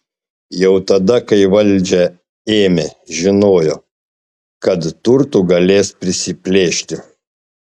jau tada kai valdžią ėmė žinojo kad turtų galės prisiplėšti